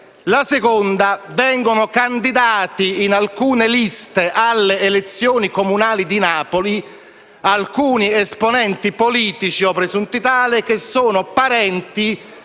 La seconda: che vengono candidati in alcune liste alle elezioni comunali di Napoli alcuni esponenti politici, o presunti tali, parenti